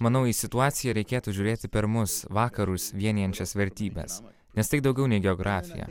manau į situaciją reikėtų žiūrėti per mus vakarus vienijančias vertybes nes tai daugiau nei geografija